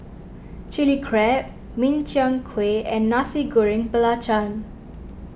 Chilli Crab Min Chiang Kueh and Nasi Goreng Belacan